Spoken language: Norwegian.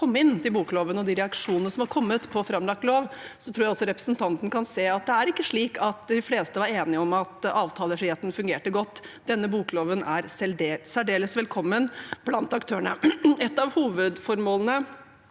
inn til bokloven, og av de reaksjonene som har kommet på framlagt lov, tror jeg også representanten kan se at det ikke er slik at de fleste var enige om at avtalefriheten fungerte godt. Denne bokloven er særdeles velkommen blant aktørene. Et av hovedformålene